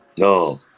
No